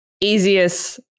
easiest